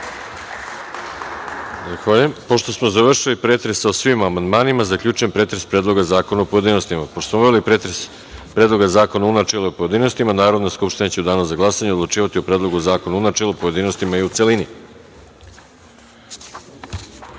smo završili pretres o svim amandmanima, zaključujem pretres Predloga zakona, u pojedinostima. Pošto smo obavili pretres Predloga zakona u načelu i pojedinostima, Narodna skupština će u danu za glasanje odlučivati o Predlogu zakona u načelu, pojedinostima i u celini. Primili